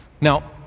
Now